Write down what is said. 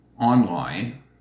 online